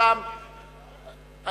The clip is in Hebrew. הוא